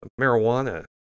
marijuana